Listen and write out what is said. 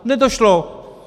Nedošlo.